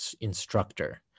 instructor